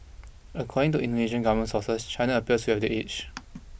according to Indonesian government sources China appears to have the edge